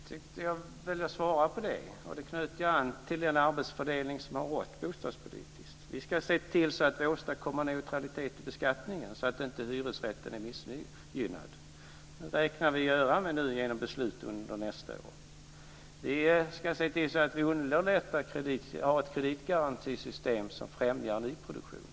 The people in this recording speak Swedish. Fru talman! Jag tyckte att jag svarade på det. Det knöt an till den arbetsfördelning som har rått bostadspolitiskt. Vi ska se till att vi åstadkommer neutralitet i beskattningen så att inte hyresrätten är missgynnad. Det räknar vi med att göra genom beslut under nästa år. Vi ska se till att vi underlättar att ha ett kreditgarantisystem som främjar nyproduktionen.